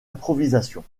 improvisation